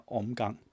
omgang